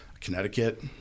Connecticut